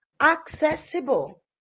accessible